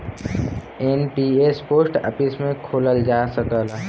NPS post office में खोलल जा सकला